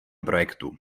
projektu